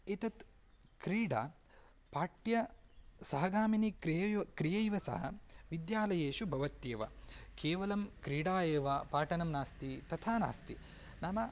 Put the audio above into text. एषा क्रीडा पाठ्यसहगामिनी क्रिया क्रियैव सह विद्यालयेषु भवत्येव केवलं क्रीडा एव पाठनं नास्ति तथा नास्ति नाम